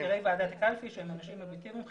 מזכירי ועדת הקלפי שהם אנשים אובייקטיבים ,